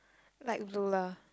light blue lah